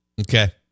Okay